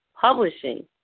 publishing